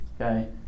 Okay